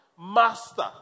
master